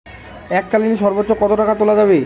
এককালীন সর্বোচ্চ কত টাকা তোলা যাবে?